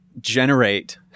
generate